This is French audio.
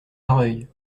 mareuil